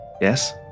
yes